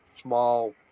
small